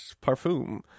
parfum